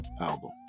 album